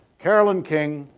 carolyn king,